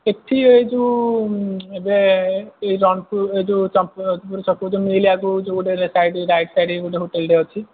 ସେଠି ଏଇ ଯୋଉ ଏବେ ଏଇ ରଣପୁର ଏଇ ଯୋଉ ଚମ୍ପୋଉତପୁର ଯୋଉ ମିଲ୍ ଆଗକୁ ଯୋଉ ଗୋଟେ ସାଇଡ଼୍ ରାଇଟ୍ ସାଇଡ଼୍ କୁ ଗୋଟେ ହୋଟେଲ୍ଟେ ଅଛି